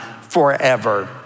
forever